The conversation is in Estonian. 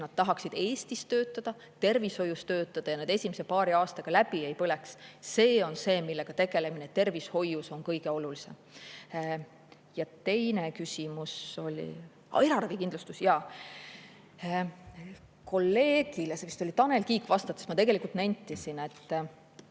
nad tahaksid Eestis töötada, tervishoius töötada ja nad esimese paari aastaga läbi ei põleks – see on see, millega tegelemine tervishoius on kõige olulisem. Ja teine küsimus oli … Eraravikindlustus, jaa. Kolleegile, see vist oli Tanel Kiik, vastates ma nentisin, et